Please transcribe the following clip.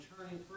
turning